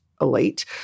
elite